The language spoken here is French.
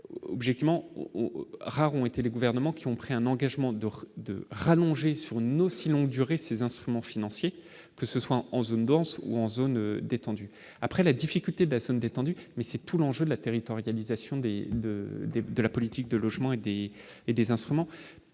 objectivement, rares ont été les gouvernements qui ont pris un engagement d'or de rallonger sur une aussi longue durée ces instruments financiers, que ce soit en zone dense ou en zone détendue après la difficulté de détendu mais c'est tout l'enjeu de la territorialisation dès le début de la politique de logements aidés et des instruments,